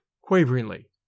quaveringly